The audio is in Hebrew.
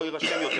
לא יירשם יותר,